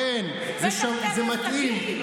שבוע של תשעה באב,